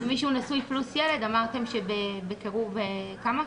ומי שהוא נשוי פלוס ילד, אמרתם שיש בקירוב, כמה?